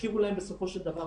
יכירו להן טובה בסופו של דבר.